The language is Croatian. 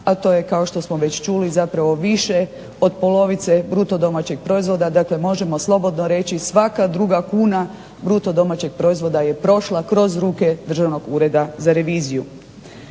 a to je kao što smo već čuli zapravo više od polovice BDP-a. Dakle, možemo slobodno reći svaka druga kuna BDP-a je prošla kroz ruke Državnog ureda za reviziju.